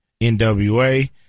NWA